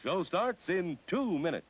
so starts in two minutes